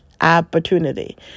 Opportunity